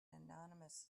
anonymous